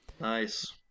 Nice